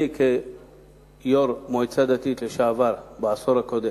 אני, כיושב-ראש מועצה דתית לשעבר, בעשור הקודם,